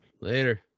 Later